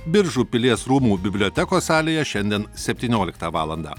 biržų pilies rūmų bibliotekos salėje šiandien septynioliktą valandą